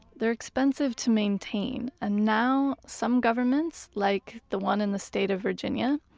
they're expensive to maintain. and now some governments, like the one in the state of virginia,